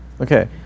Okay